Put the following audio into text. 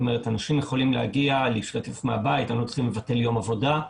אנשים יכולים להגיע ולהשתתף מהבית הם לא צריכים לבטל יום עבודה,